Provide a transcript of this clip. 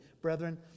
brethren